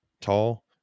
tall